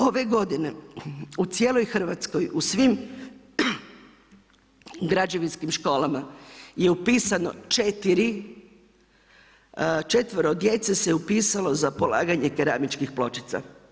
Ove godine u cijeloj Hrvatskoj u svim građevinskim školama je upisano 4 djece se upisalo za polaganje keramičkih pločica.